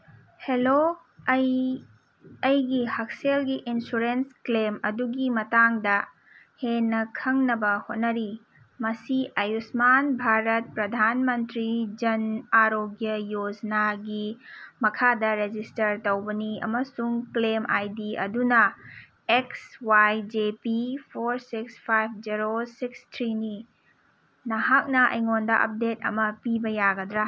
hello ꯑꯩ ꯑꯩꯒꯤ ꯍꯛꯁꯦꯜꯒꯤ ꯏꯟꯁꯨꯔꯦꯟꯁ ꯀ꯭ꯂꯦꯝ ꯑꯗꯨꯒꯤ ꯃꯇꯥꯡꯗ ꯍꯦꯟꯅ ꯈꯪꯅꯕ ꯍꯣꯠꯅꯔꯤ ꯃꯁꯤ ꯑꯥꯌꯨꯁꯃꯥꯟ ꯚꯥꯔꯠ ꯄ꯭ꯔꯙꯥꯟ ꯃꯟꯇ꯭ꯔꯤ ꯖꯟ ꯑꯥꯔꯣꯒ꯭ꯌꯥ ꯌꯣꯖꯅꯥꯒꯤ ꯃꯈꯥ ꯔꯦꯖꯤꯁꯇꯔ ꯇꯧꯕꯅꯤ ꯑꯃꯁꯨꯡ ꯀ꯭ꯂꯦꯝ ꯑꯥꯏ ꯗꯤ ꯑꯗꯨꯅ X Y J P four six five zero six ꯊ꯭ꯔꯤꯅꯤ ꯅꯍꯥꯛꯅ ꯑꯩꯉꯣꯟꯗ ꯑꯞꯗꯦꯠ ꯑꯃ ꯄꯤꯕ ꯌꯥꯒꯗ꯭ꯔꯥ